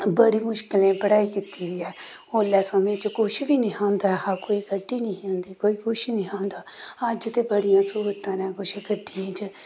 बड़ी मुश्कलें पढ़ाई कीती दी ऐ ओल्लै समें च कुछ बी नेईं हा होंदा ऐ हा कोई गड्डी नेईं ही होंदी कोई कुछ नेईं हा होंदा अज्ज ते बड़ियां स्हूलतां न कुछ गड्डियें च